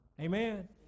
amen